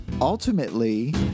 ultimately